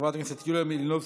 חברת הכנסת יוליה מלינובסקי,